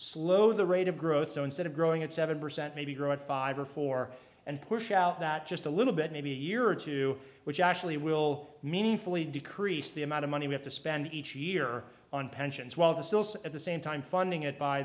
slow the rate of growth so instead of growing at seven percent maybe grow at five or four and push out that just a little bit maybe a year or two which actually will meaningfully decrease the amount of money we have to spend each year on pensions while the sil's at the same time funding it by